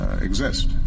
exist